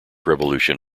revolution